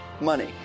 money